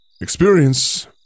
Experience